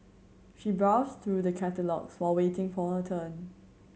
she browsed through the catalogues while waiting for her turn